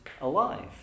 alive